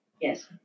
Yes